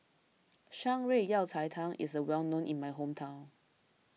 Shan Rui Yao Cai Tang is well known in my hometown